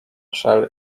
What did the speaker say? shell